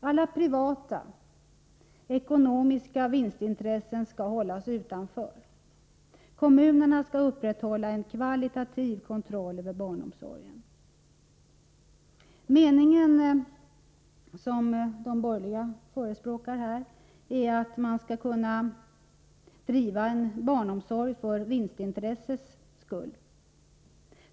Alla privata ekonomiska vinstintressen skall hållas utanför. Kommunerna skall upprätthålla en kvalitativ kontroll över barnomsorgen. De borgerliga menar att man skall kunna driva barnomsorg för ett vinstintresses skull.